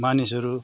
मानिसहरू